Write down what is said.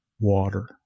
water